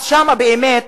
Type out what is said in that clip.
אז שם, באמת,